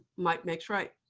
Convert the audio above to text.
might makes right.